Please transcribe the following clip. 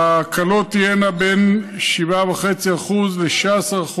ההקלות תהיינה בין 7.5% ל-16%,